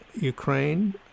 Ukraine